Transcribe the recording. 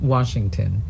Washington